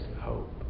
hope